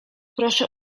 proszę